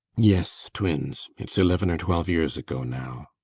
yes, twins. it's eleven or twelve years ago now.